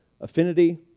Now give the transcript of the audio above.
affinity